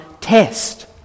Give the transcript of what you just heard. test